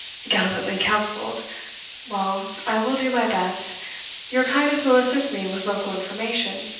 gallantly counselled well, i will do my best your kindness will assist me with local information.